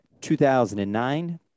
2009